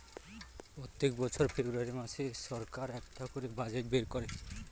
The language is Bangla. প্রত্যেক বছর ফেব্রুয়ারী মাসে সরকার একটা করে বাজেট বের করে